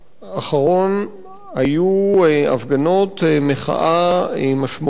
אדוני היושב-ראש, תודה רבה, אני מניח שכפי שמקובל